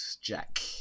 Jack